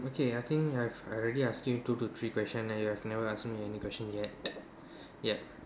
okay I think I've I already ask you two to three question and you've never ask me any question yet yup